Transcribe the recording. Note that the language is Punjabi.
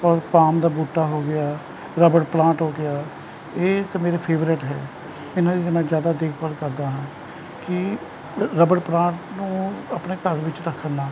ਔਰ ਪਾਮ ਦਾ ਬੂਟਾ ਹੋ ਗਿਆ ਰਬੜ ਪਲਾਂਟ ਹੋ ਗਿਆ ਇਹ ਅਤੇ ਮੇਰੇ ਫੇਵਰੇਟ ਹੈ ਇਹਨਾਂ ਦੀ ਅਤੇ ਮੈਂ ਜ਼ਿਆਦਾ ਦੇਖਭਾਲ ਕਰਦਾ ਹਾਂ ਕਿ ਰਬੜ ਪਲਾਂਟ ਨੂੰ ਆਪਣੇ ਘਰ ਵਿੱਚ ਰੱਖਣ ਨਾਲ